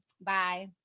Bye